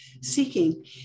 seeking